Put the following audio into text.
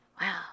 wow